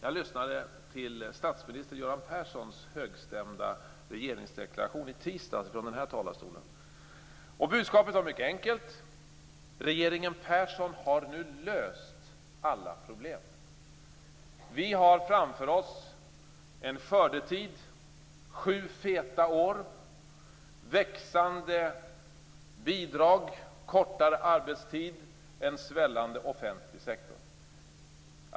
Jag lyssnade till statsminister Göran Perssons högtstämda regeringsdeklaration i tisdags från denna talarstol. Budskapet var mycket enkelt: Regeringen Persson har nu löst alla problem. Vi har framför oss en skördetid, sju feta år, ökande bidrag, kortare arbetstid, en svällande offentlig sektor.